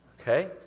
Okay